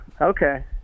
Okay